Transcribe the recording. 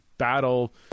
battle